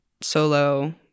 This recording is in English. solo